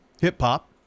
Hip-hop